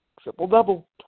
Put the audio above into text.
triple-double